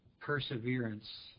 perseverance